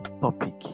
topic